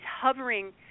hovering